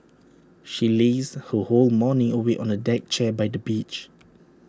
she lazed her whole morning away on A deck chair by the beach